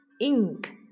ink